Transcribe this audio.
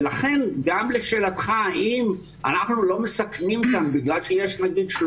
לכן גם לשאלתך האם אנחנו לא מסכנים אותם בגלל שיש 30